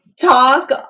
talk